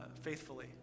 faithfully